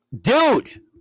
Dude